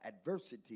adversity